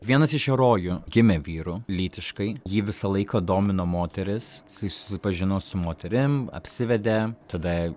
vienas iš herojų gimė vyru lytiškai jį visą laiką domino moterys jisai susipažino su moterim apsivedė tada